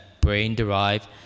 brain-derived